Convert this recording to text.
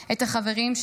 את החברים שלי.